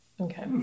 Okay